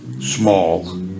small